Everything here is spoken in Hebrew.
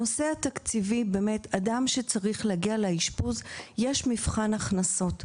עבור אדם שצריך להגיע לאשפוז יש מבחן הכנסות,